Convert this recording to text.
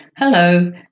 Hello